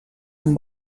amb